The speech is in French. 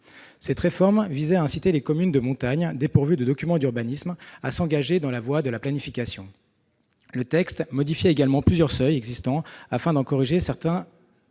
Cette réforme visait à inciter les communes de montagne dépourvues de documents d'urbanisme à s'engager dans la voie de la planification. Le texte modifiait également plusieurs seuils existants, afin d'en corriger certains,